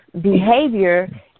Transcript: behavior